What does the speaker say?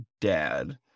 dad